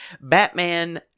Batman